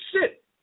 sit